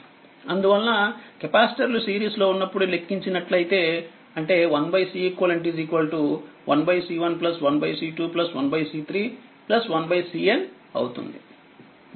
అందువలనకెపాసిటర్లుసిరీస్లో ఉన్నప్పుడు లెక్కించినట్లైతే అంటే 1Ceq 1C1 1C2 1C3 1CN అవుతుంది